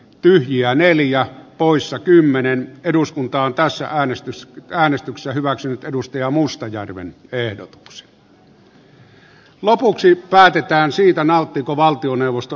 linja neljäa poissa kymmenen eduskuntaan pääse äänestys kahdesta se ilmoitan että pöytäkirjaan merkitään miten kukin edustaja on äänestänyt